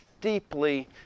deeply